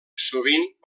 sovint